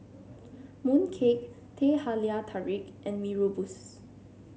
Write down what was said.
mooncake Teh Halia Tarik and Mee Rebus